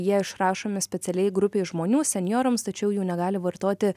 jie išrašomi specialiai grupei žmonių senjorams tačiau jų negali vartoti